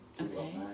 Okay